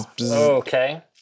Okay